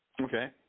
Okay